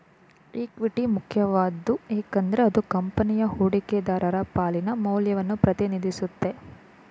equity ಮುಖ್ಯವಾದ್ದು ಏಕೆಂದ್ರೆ ಅದು ಕಂಪನಿಯ ಹೂಡಿಕೆದಾರರ ಪಾಲಿನ ಮೌಲ್ಯವನ್ನ ಪ್ರತಿನಿಧಿಸುತ್ತೆ